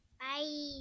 Bye